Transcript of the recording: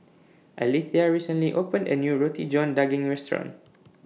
Alethea recently opened A New Roti John Daging Restaurant